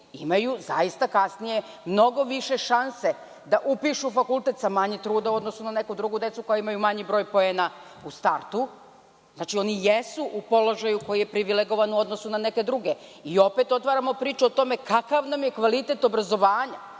imaju zaista kasnije mnogo više šanse da upišu fakultet sa manje truda u odnosu na neku drugu decu koja imaju manji broj poena u startu. Znači, oni jesu u položaju koji jeste privilegovan u odnosu na neke druge i opet otvaramo priču o tome kakav nam je kvalitet obrazovanja.